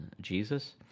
Jesus